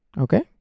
Okay